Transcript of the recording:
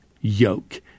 yoke